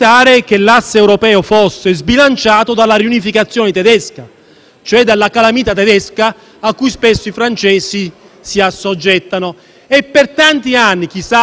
cioè dalla calamita tedesca a cui spesso i francesi si assoggettano. Per tanti anni - chi ha fatto politica nel Consiglio europeo lo sa bene - noi